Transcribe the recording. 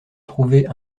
trouver